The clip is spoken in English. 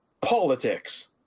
politics